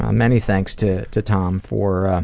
many thanks to to tom for